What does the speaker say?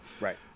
right